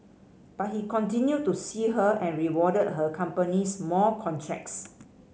but he continued to see her and rewarded her companies more contracts